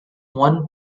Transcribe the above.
one